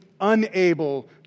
unable